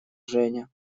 женя